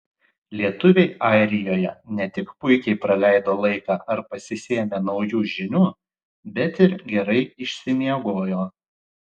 lietuviai airijoje ne tik puikiai praleido laiką ar pasisėmė naujų žinių bet ir gerai išsimiegojo